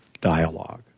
dialogue